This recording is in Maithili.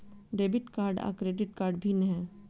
डेबिट कार्ड आ क्रेडिट कोना भिन्न है?